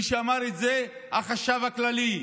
מי שאמר את זה הוא החשב הכללי,